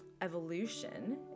evolution